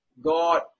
God